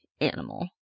animal